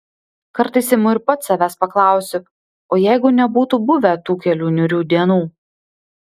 kartais imu ir pats savęs paklausiu o jeigu nebūtų buvę tų kelių niūrių dienų